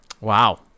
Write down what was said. Wow